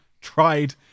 tried